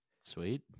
Sweet